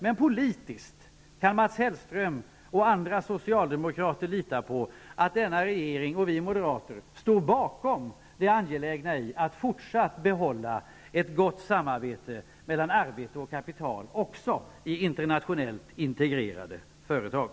Men Mats Hellström och andra socialdemokrater kan lita på att denna regering och vi moderater politiskt står bakom det angelägna i att fortsätta att behålla ett gott samarbete mellan arbete och kapital också i internationellt integrerade företag.